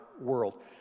world